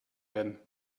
werden